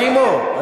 רק עמו.